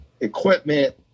equipment